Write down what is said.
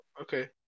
okay